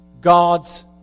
God's